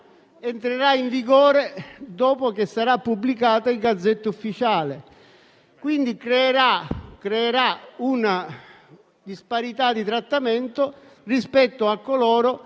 entrerà in vigore dopo che sarà pubblicata in Gazzetta Ufficiale, quindi creerà una disparità di trattamento tra coloro